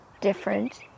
different